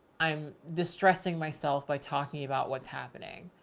i'm distressing myself by talking about what's happening.